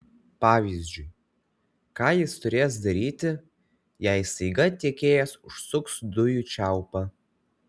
pavyzdžiui ką jis turės daryti jei staiga tiekėjas užsuks dujų čiaupą